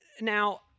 Now